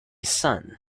son